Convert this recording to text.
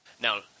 Now